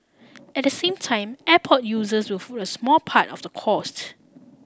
at the same time airport users will foot a small part of the cost